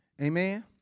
Amen